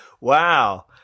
Wow